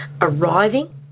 Arriving